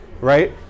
right